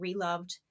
reloved